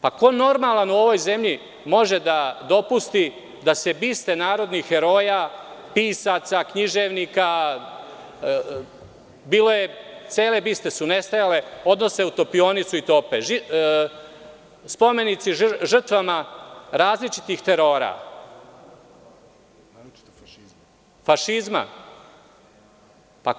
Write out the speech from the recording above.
Pa, ko normalan u ovoj zemlji može da dopusti da se biste narodnih heroja, pisaca, književnika, cele biste su nestajale, odnose u topionicu i tope spomenici žrtvama različitih terora, fašizma?